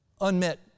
unmet